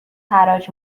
حراج